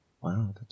Wow